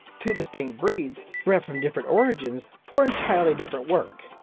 two distinct breeds, bred from different origins for entirely different work,